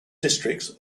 districts